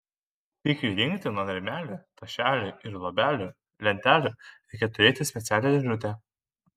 pikiui rinkti nuo rėmelių tašelių ir luobelių lentelių reikia turėti specialią dėžutę